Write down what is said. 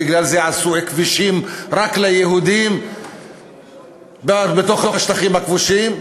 בגלל זה עשו כבישים רק ליהודים בתוך השטחים הכבושים.